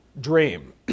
dream